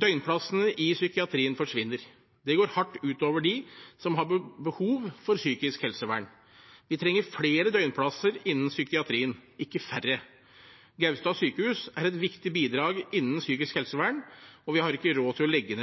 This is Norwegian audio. Døgnplassene i psykiatrien forsvinner. Det går hardt ut over dem som har behov for psykisk helsevern. Vi trenger flere døgnplasser innen psykiatrien – ikke færre. Gaustad sykehus er et viktig bidrag innen psykisk helsevern, og vi har ikke råd til å legge